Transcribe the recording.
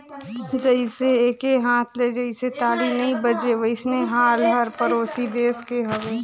जइसे एके हाथ ले जइसे ताली नइ बाजे वइसने हाल हर परोसी देस के हवे